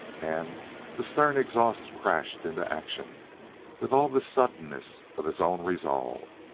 and the stern exhaust crashed into action with all the suddenness of his own resolve.